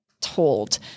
told